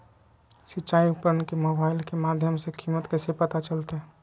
सिंचाई उपकरण के मोबाइल के माध्यम से कीमत कैसे पता चलतय?